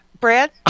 Brad